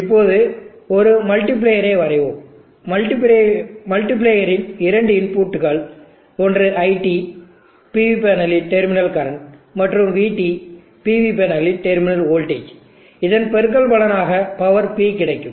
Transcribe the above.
இப்போது ஒரு மல்டி ப்ளேயரை வரைவோம் மல்டி பிளேயரின் இரண்டு இன்புட்டுகள் ஒன்று iT PV பேனலின் டெர்மினல் கரண்ட் மற்றும் vT PV பேனலின் டெர்மினல் வோல்டேஜ் இதன் பெருக்கல் பலனாக பவர் P கிடைக்கும்